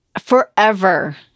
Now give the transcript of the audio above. forever